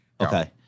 Okay